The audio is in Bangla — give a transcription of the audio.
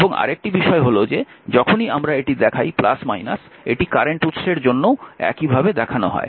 এবং আরেকটি বিষয় হল যে যখনই আমরা এটি দেখাই এটি কারেন্ট উৎসের জন্যও একইভাবে দেখানো হয়